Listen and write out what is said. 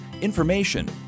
information